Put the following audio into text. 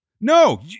No